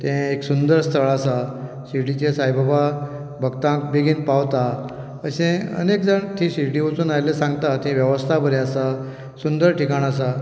तें एक सुंदर स्थळ आसा शिर्डिचे साईबाबा भक्तांक बेगीन पावता अशे अनेक जाण थंय शिर्डी वचून आयिल्ले सांगता थंय वेवस्था बरी आसा सुंदर ठिकाण आसा